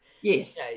Yes